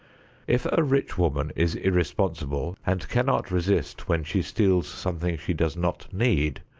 if a rich woman is irresponsible and cannot resist when she steals something she does not need,